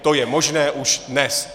To je možné už dnes.